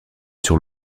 sur